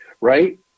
right